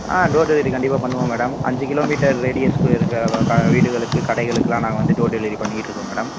ஆ door delivery கண்டிப்பாக பண்ணுவோம் madam அஞ்சு கிலோமீட்டர் ரேடியஸுக்கு இருக்கிற க வீடுகளுக்கு கடைகளுக்கெல்லாம் நாங்கள் வந்து டோர் டெலிவரி பண்ணிக்கிட்டுருக்கோம் மேடம்